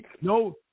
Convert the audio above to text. no